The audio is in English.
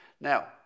Now